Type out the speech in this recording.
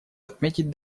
отметить